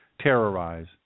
terrorize